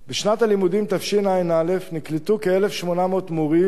בשנת הלימודים תשע"א נקלטו כ-1,800 מורים,